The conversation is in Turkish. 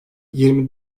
yirmi